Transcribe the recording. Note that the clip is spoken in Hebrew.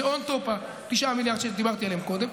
זה on top ה-9 מיליארד שדיברת עליהם קודם,